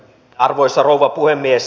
arvoisa rouva puhemies